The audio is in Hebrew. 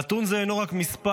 נתון זה אינו רק מספר,